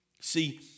See